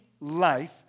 life